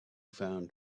found